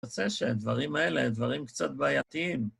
אני רוצה שהדברים האלה הם דברים קצת בעייתיים.